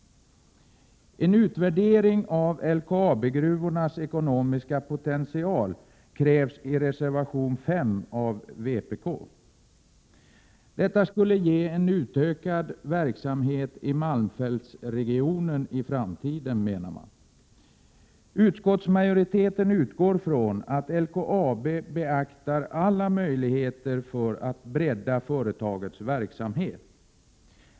En utvärdering av LKAB-gruvornas ekonomiska potential krävs i reservation 5 av vpk. Vpk menar att detta skulle kunna ge en utökad verksamhet i malmfältsregionen i framtiden. Utskottsmajoriteten utgår från att LKAB beaktar alla möjligheter för att bredda företagets verksamhet.